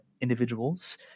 individuals